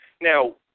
Now